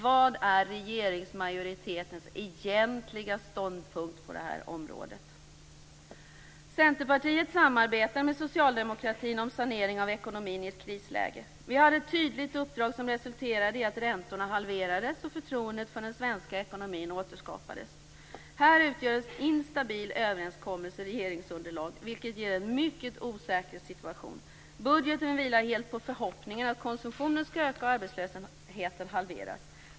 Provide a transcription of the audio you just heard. Vad är regeringsmajoritetens egentliga ståndpunkt på det här området? Centerpartiet samarbetade med socialdemokratin om sanering av ekonomin i ett krisläge. Vi hade ett tydligt uppdrag som resulterade i att räntorna halverades och förtroendet för den svenska ekonomin återskapades. Här utgör en instabil överenskommelse regeringsunderlag, vilket ger en mycket osäker situation. Budgeten vilar helt på förhoppningen att konsumtionen skall öka och arbetslösheten halveras.